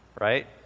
right